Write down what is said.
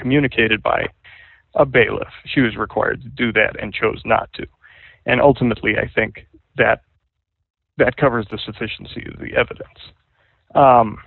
communicated by a bailiff she was required to do that and chose not to and ultimately i think that that covers the sufficiency of the evidence